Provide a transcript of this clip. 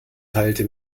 teilte